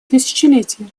тысячелетия